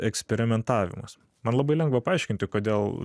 eksperimentavimas man labai lengva paaiškinti kodėl